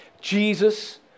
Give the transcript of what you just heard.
Jesus